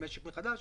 המשק מחדש,